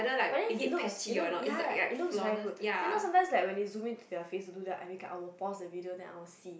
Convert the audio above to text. but then it looks it looks ya it looks very good then sometime they zoom they face while they do that I will pause the video and I will see